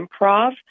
improv